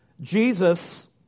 Jesus